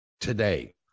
today